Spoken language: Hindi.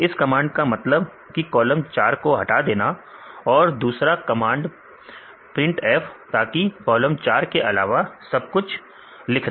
इस कमांड का मतलब कि कॉलम 4 को हटा देना और दूसरा कमांडें प्रिंट f ताकि कॉलम 4 के अलावा सब कुछ लिख दे